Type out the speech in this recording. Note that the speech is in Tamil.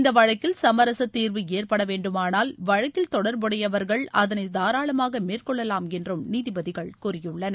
இந்த வழக்கில் சமரச தீர்வு ஏற்பட வேண்டுமானால் வழக்கில் தொடர்புடையவர்கள் அதனை தாராளமாக மேற்கொள்ளலாம் என்று நீதிபதிகள் கூறியுள்ளனர்